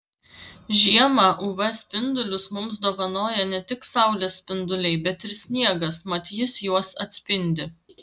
žiemą uv spindulius mums dovanoja ne tik saulės spinduliai bet ir sniegas mat jis juos atspindi